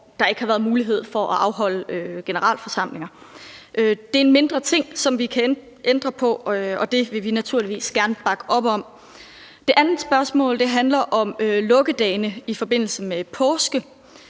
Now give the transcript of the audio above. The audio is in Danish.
der ikke har været mulighed for at afholde generalforsamling. Det er en mindre ting, som vi kan ændre på, og det vil vi naturligvis gerne bakke op om. Det andet spørgsmål handler om lukkedagene i forbindelse med påske.